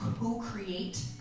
co-create